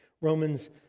Romans